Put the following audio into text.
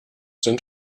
sind